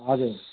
हजुर